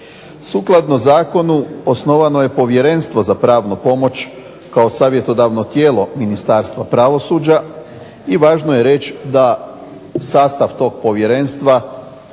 Sukladno zakonu osnovano je Povjerenstvo za pravnu pomoć kao savjetodavno tijelo Ministarstva pravosuđa i važno je reći da sastav tog povjerenstva